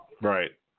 Right